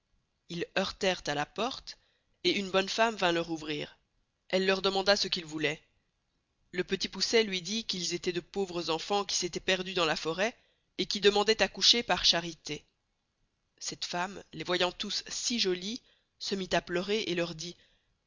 ils heurterent à la porte et une bonne femme vint leur ouvrir elle leur demanda ce qu'ils vouloient le petit poucet luy dit qu'ils étoient de pauvres enfans qui s'estoient perdus dans la forest et qui demandoient à coucher par charité cette femme les voyant tous si jolis se mit à pleurer et leur dit